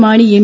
Mani M